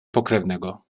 pokrewnego